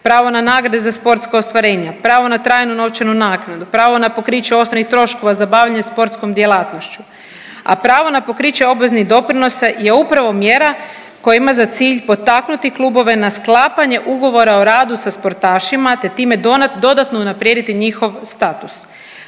pravo na nagrade za sportska ostvarenja, pravo na trajnu novčanu naknadu, pravo na pokriće osnovnih troškova za bavljenje sportskom djelatnošću. A pravo na pokriće obveznih doprinosa je upravo mjera koja ima za cilj potaknuti klubove na sklapanje ugovora o radu sa sportašima te time dodatno unaprijediti njihov status.